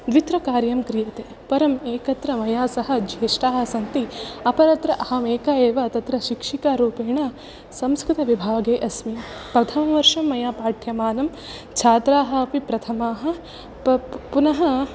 द्वित्रकार्यं क्रियते परम् एकत्र मया सह ज्येष्ठाः सन्ति अपरत्र अहम् एका एव शिक्षिकारूपेण संस्कृतविभागे अस्मि प्रथमवर्षं मया पाठ्यमानं छात्राः अपि प्रथमाः प् पुनः